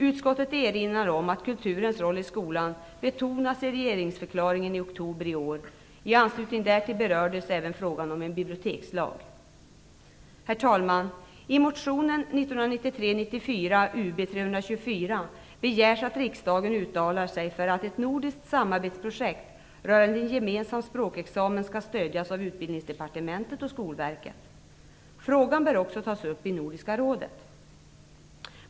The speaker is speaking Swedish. Utskottet erinrar om att kulturens roll i skolan betonas i regeringsförklaringen från oktober i år. I anslutning därtill berördes även frågan om en bibliotekslag. Herr talman! I motionen 1993/94:Ub324 begärs att riksdagen uttalar sig för att ett nordiskt samarbetsprojekt för en gemensam språkexamen skall stödjas av Utbildningsdepartementet och Skolverket. Frågan bör också tas upp i Nordiska rådet.